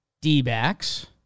D-backs